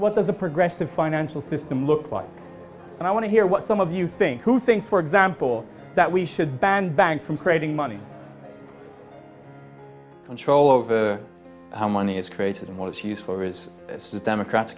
what does a progressive financial system look like and i want to hear what some of you think who thinks for example that we should ban banks from creating money control over how money is created and want to use for is this is democrat